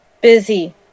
busy